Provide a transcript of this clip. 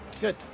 Good